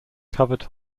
covered